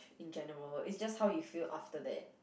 in general is just how you feel after that